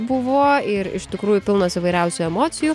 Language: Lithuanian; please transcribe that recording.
buvo ir iš tikrųjų pilnos įvairiausių emocijų